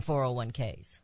401Ks